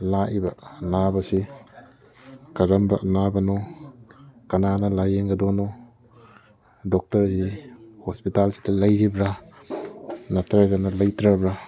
ꯂꯥꯛꯏꯕ ꯑꯅꯥꯕꯁꯤ ꯀꯔꯝꯕ ꯑꯅꯥꯕꯅꯣ ꯀꯅꯥꯅ ꯂꯥꯏꯌꯦꯡꯒꯗꯣꯅꯣ ꯗꯣꯛꯇꯔꯁꯤ ꯍꯣꯁꯄꯤꯇꯥꯜꯁꯤꯗ ꯂꯩꯔꯤꯕ꯭ꯔꯥ ꯅꯠꯇ꯭ꯔꯒꯅ ꯂꯩꯇ꯭ꯔꯕ꯭ꯔꯥ